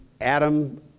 Adam